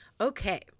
Okay